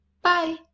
Bye